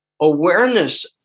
awareness